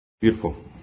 Beautiful